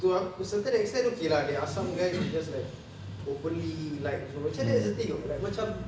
to to a certain extent okay lah there are some guys who just like openly like ni semua macam that's the thing like macam